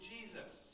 Jesus